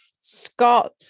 Scott